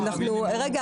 דרור,